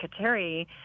Kateri